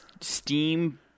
Steam